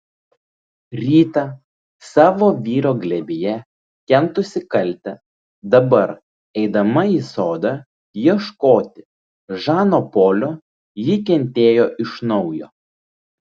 rytą savo vyro glėbyje kentusi kaltę dabar eidama į sodą ieškoti žano polio ji kentėjo iš naujo